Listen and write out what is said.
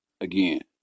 again